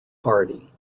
hardy